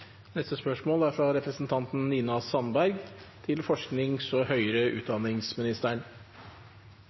Neste spørsmål er fra representanten Åsunn Lyngedal til